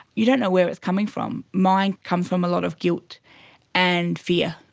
you don't know where it's coming from. mine comes from a lot of guilt and fear.